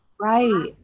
right